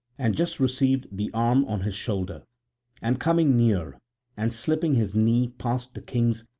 and just received the arm on his shoulder and coming near and slipping his knee past the king's,